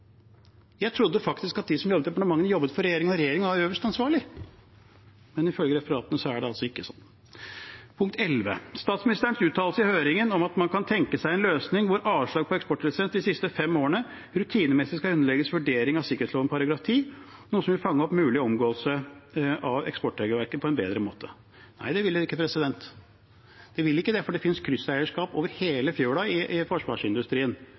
Jeg trodde faktisk at de som jobber i departementene, jobber for regjeringen, og at regjeringen er øverste ansvarlig, men ifølge referatene er det altså ikke sånn. Statsministeren uttalte i høringen at man kan tenke seg en løsning der avslag på eksportlisens de siste fem årene rutinemessig skal underlegges en vurdering av sikkerhetsloven § 10, noe som vil fange opp en mulig omgåelse av eksportregelverket på en bedre måte. Nei, det vil det ikke. Det vil ikke det, for det finnes krysseierskap over hele fjøla i forsvarsindustrien